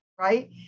right